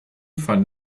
van